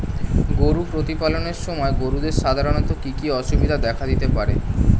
গরু প্রতিপালনের সময় গরুদের সাধারণত কি কি অসুবিধা দেখা দিতে পারে?